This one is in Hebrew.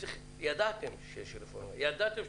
ידעתם שיש רפורמה,